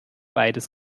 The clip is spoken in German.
beides